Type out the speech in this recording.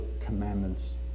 commandments